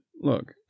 look